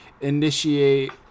initiate